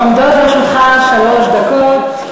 עומדות לרשותך שלוש דקות.